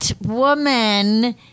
woman